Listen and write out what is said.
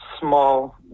small